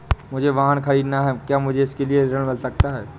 मुझे वाहन ख़रीदना है क्या मुझे इसके लिए ऋण मिल सकता है?